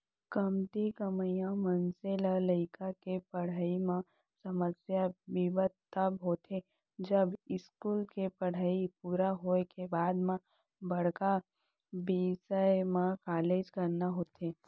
कमती कमइया मनसे ल लइका के पड़हई म समस्या बिपत तब होथे जब इस्कूल के पड़हई पूरा होए के बाद म बड़का बिसय म कॉलेज कराना होथे